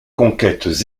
conquêtes